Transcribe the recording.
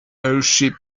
airship